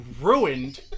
ruined